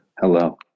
Hello